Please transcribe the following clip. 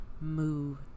move